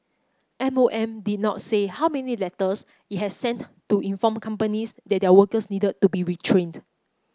M O M did not say how many letters it had sent to inform companies that their workers needed to be retrained